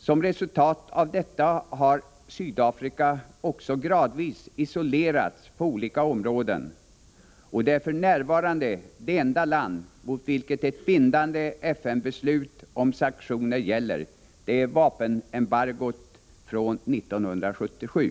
Som resultat av detta har Sydafrika också gradvis isolerats på olika områden, och det är f. n. det enda land mot vilket ett bindande FN-beslut om sanktioner gäller, nämligen vapenembargot från 1977.